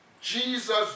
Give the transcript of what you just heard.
Jesus